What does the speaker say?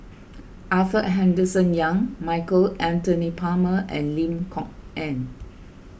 Arthur Henderson Young Michael Anthony Palmer and Lim Kok Ann